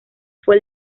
fue